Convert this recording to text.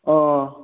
अ